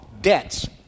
debts